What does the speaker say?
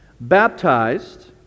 baptized